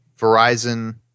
Verizon